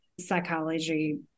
psychology